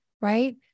right